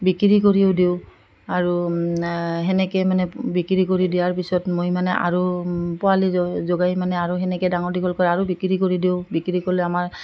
বিক্ৰী কৰিও দিওঁ আৰু তেনেকৈ মানে বিক্ৰী কৰি দিয়াৰ পিছত মই মানে আৰু পোৱালি জ জগাই মানে আৰু তেনেকৈ ডাঙৰ দীঘল কৰে আৰু বিক্ৰী কৰি দিওঁ বিক্ৰী কৰিলে আমাৰ